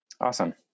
Awesome